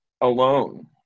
alone